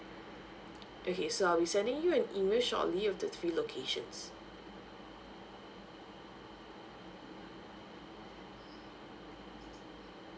okay so I'll be sending you an email shortly of the three locations